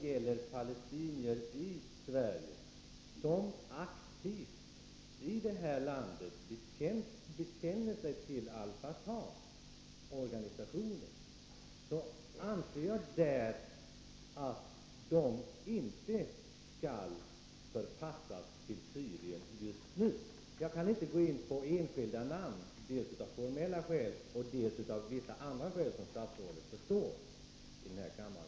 Jag anser att palestinier i Sverige som aktivt i det här landet bekänner sig till Al Fatah inte skall förpassas till Syrien. Jag kan inte gå in på enskilda fall, dels av formella skäl, dels av vissa andra skäl som statsrådet förstår.